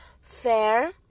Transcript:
fair